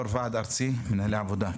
יו"ר ועד ארצי לענייני עבודה,